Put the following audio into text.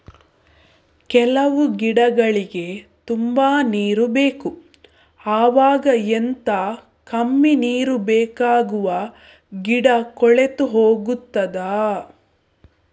ಕೆಲವು ಗಿಡಗಳಿಗೆ ತುಂಬಾ ನೀರು ಬೇಕು ಅವಾಗ ಎಂತ, ಕಮ್ಮಿ ನೀರು ಬೇಕಾಗುವ ಗಿಡ ಕೊಳೆತು ಹೋಗುತ್ತದಾ?